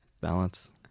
balance